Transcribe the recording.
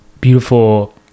beautiful